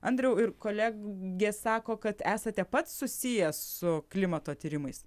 andriau ir kolegė sako kad esate pats susijęs su klimato tyrimais